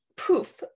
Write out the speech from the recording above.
Poof